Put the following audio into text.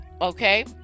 Okay